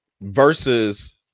versus